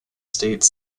state